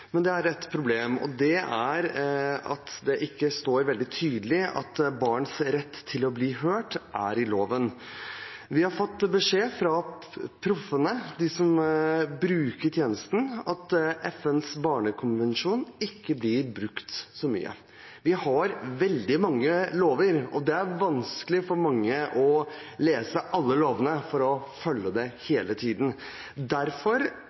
Men det er et problem, og det er at det ikke står veldig tydelig at barns rett til å bli hørt, er i loven. Vi har fått beskjed fra proffene – de som bruker tjenestene – om at FNs barnekonvensjon ikke blir brukt så mye. Vi har veldig mange lover, og det er vanskelig for mange å lese alle lovene, for å følge dem hele tiden. Derfor